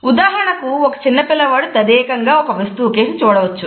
ఉదాహరణకు ఒక చిన్న పిల్లవాడు తదేకంగా ఒక వస్తువు కేసి చూడవచ్చు